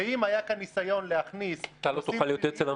ואם היה כאן ניסיון להכניס נושאים פליליים -- זאת הבעיה.